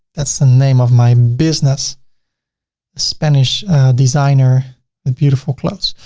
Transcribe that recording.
that's the name of my business the spanish designer and beautiful clothes.